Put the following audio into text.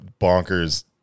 bonkers